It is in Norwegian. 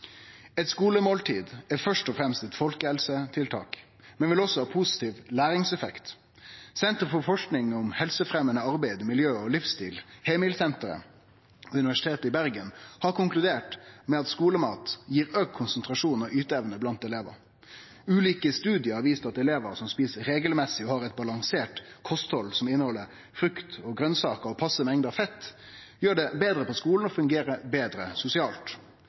Eit skulemåltid er først og fremst eit folkehelsetiltak, men vil også ha positiv læringseffekt. Senter for forsking på helsefremjande arbeid, miljø og livsstil, HEMIL-senteret ved Universitetet i Bergen, har konkludert med at skulemat gir auka konsentrasjon og yteevne blant elevane. Ulike studiar viser at elevar som et regelmessig og har eit balansert kosthald, som inneheld frukt og grønsaker og ei passe mengd feitt, gjer det betre på skulen og fungerer betre sosialt.